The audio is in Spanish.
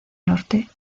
norte